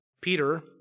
Peter